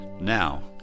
Now